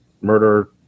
murder